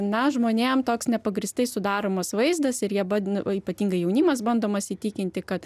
na žmonėm toks nepagrįstai sudaromas vaizdas ir jie o ypatingai jaunimas bandomas įtikinti kad